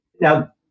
Now